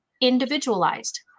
individualized